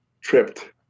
tripped